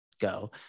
go